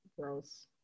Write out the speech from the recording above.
Gross